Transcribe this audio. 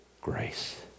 grace